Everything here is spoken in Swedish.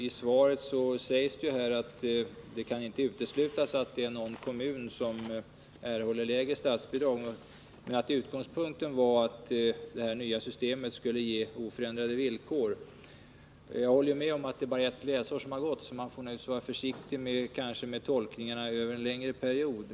I svaret sägs att det inte kan uteslutas att det finns någon kommun som erhållit lägre statsbidrag men att utgångspunkten varit att det nya systemet skulle ge oförändrade villkor. Jag håller med om att man får vara försiktig med tolkningen av utfallet eftersom det gått bara ett läsår.